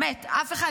באמת, אף אחד.